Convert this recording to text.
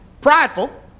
prideful